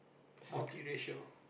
multiracial